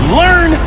learn